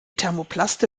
thermoplaste